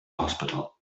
hospital